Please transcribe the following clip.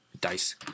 dice